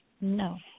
No